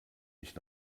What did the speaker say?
ich